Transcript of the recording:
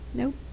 nope